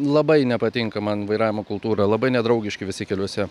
labai nepatinka man vairavimo kultūra labai nedraugiški visi keliuose